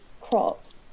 crops